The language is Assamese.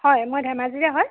হয় মই ধেমাজিৰে হয়